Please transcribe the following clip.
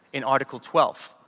in article twelve,